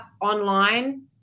online